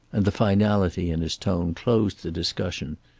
and the finality in his tone closed the discussion,